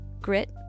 grit